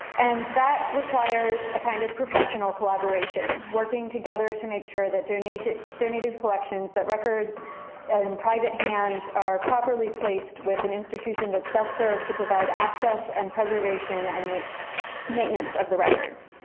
and that requires a kind of professional collaboration, working together to make sure that donated donated collections, that records in private hands are properly placed with an institution that's best served to provide access and preservation and maintenance of the records.